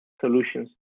solutions